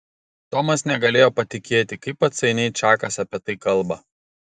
tomas negalėjo patikėti kaip atsainiai čakas apie tai kalba